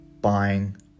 Buying